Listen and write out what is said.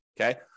okay